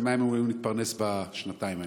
ממה הם אמורים להתפרנס בשנתיים האלה?